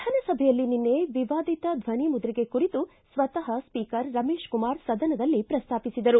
ವಿಧಾನಸಭೆಯಲ್ಲಿ ನಿನ್ನೆ ವಿವಾದಿತ ಧ್ವನಿ ಮುದ್ರಿಕೆ ಕುರಿತು ಸ್ವತಃ ಸ್ವೀಕರ್ ರಮೇಶಕುಮಾರ ಸದನದಲ್ಲಿ ಶ್ರಸ್ತಾಪಿಸಿದರು